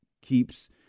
keeps –